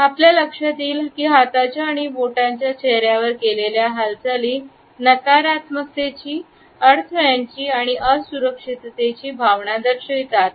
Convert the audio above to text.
कडून आपल्या लक्षात येईल की हाताच्या आणि बोटांच्या चेहऱ्यावर केलेल्या हालचाली नकारात्मक तेची अडथळ्यांची आणि असुरक्षिततेची भावना दर्शवितात